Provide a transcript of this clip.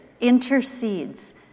intercedes